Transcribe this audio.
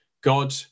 God